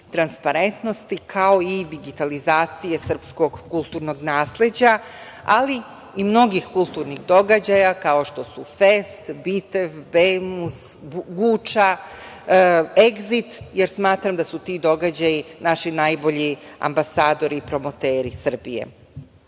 transparentnosti, kao i digitalizacije srpskog kulturnog nasleđa, ali i mnogih kulturnih događaja kao što su FEST, BITEF, BEMUS, Guča, EGZIT, jer smatram da su ti događaji naši najbolji ambasadori i promoteri Srbije.Za